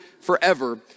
forever